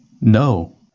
No